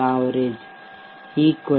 d2 Rt